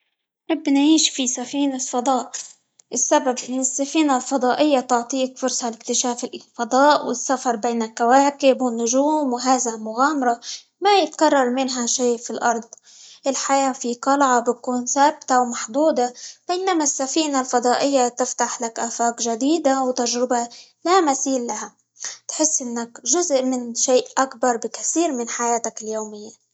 نحب نعيش في سفينة فضاء؛ السبب إن السفينة الفضائية تعطيك فرصة لاكتشاف الفضاء، والسفر بين الكواكب، والنجوم، وهذا مغامرة ما يتكرر منها شيء في الأرض، الحياة في قلعة بتكون ثابتة، ومحدودة، بينما السفينة الفضائية تفتح لك آفاق جديدة، وتجربة لا مثيل لها، تحس إنك جزء من شيء أكبر بكثير من حياتك اليومية.